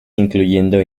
incluyendo